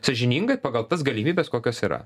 sąžiningai pagal tas galimybes kokios yra